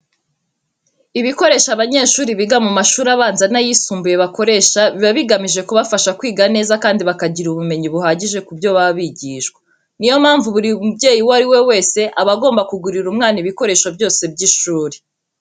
Ibikoresho abanyeshuri biga mu mashuri abanza n'ayisumbuye bakoresha biba bigamije kubafasha kwiga neza kandi bakagira ubumenyi buhagije ku byo baba bigishwa. Ni yo mpamvu buri mubyeyi uwo ari we wese aba agomba kugurira umwana ibikoresho byose by'ishuri.